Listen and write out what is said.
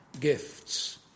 gifts